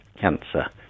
cancer